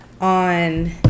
on